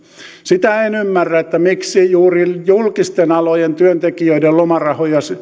sitä en en ymmärrä miksi juuri julkisten alojen työntekijöiden lomarahoja